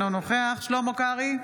אינו נוכח שלמה קרעי,